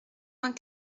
vingt